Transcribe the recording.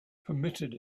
permitted